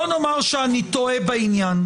בואו נאמר שאני טועה בעניין הזה.